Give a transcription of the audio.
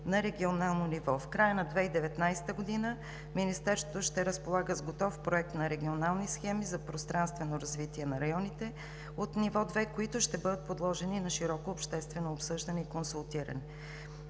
на регионално ниво“. В края на 2019 г. Министерството ще разполага с готов проект на регионалните схеми за пространствено развитие на районите от ниво 2, които ще бъдат подложени на широко обществено обсъждане и консултиране.